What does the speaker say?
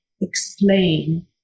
explain